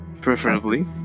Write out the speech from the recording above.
preferably